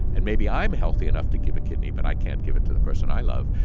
and maybe i'm healthy enough to give a kidney, but i can't give it to the person i love.